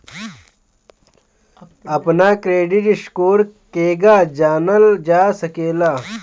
अपना credit score केगा जानल जा सकेला?